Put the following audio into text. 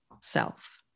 self